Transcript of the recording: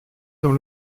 dans